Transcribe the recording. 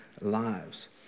lives